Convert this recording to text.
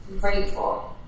grateful